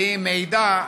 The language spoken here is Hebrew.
והיא מעידה,